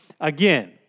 again